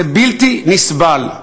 זה בלתי נסבל.